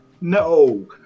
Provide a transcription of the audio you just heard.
no